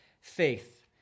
faith